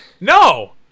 No